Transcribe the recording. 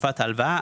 בתקופת ההלוואה,